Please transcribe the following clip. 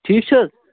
ٹھیٖک چھِ حظ